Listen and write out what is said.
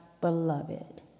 beloved